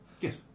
yes